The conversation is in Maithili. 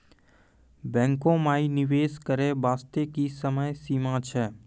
बैंको माई निवेश करे बास्ते की समय सीमा छै?